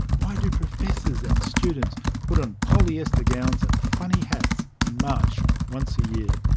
why do professors and students put on polyester gowns and funny hats and march, once a year.